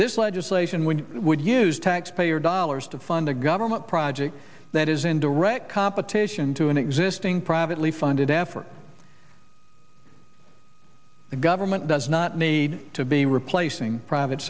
this legislation which would use taxpayer dollars to fund a government project that is in direct competition to an existing privately funded effort the government does not need to be replacing private